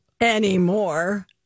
Anymore